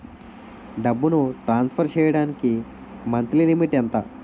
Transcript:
డబ్బును ట్రాన్సఫర్ చేయడానికి monthly limit ఎంత?